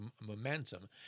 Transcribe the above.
momentum